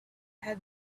had